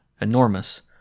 enormous